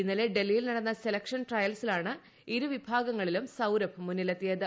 ഇന്നലെ ഡൽഹിയിൽ നടന്ന സെലക്ഷൻ ട്രയൽസില്ടാണ് ഇരുവിഭാഗങ്ങളിലും സൌരഭ് മുന്നിലെത്തിയത്